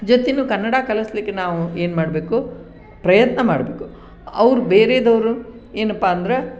ಜೊತೆನು ಕನ್ನಡ ಕಲಿಸ್ಲಿಕ್ಕೆ ನಾವು ಏನು ಮಾಡಬೇಕು ಪ್ರಯತ್ನ ಮಾಡಬೇಕು ಅವ್ರು ಬೇರೇದವರು ಏನಪ್ಪ ಅಂದ್ರೆ